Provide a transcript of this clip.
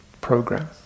program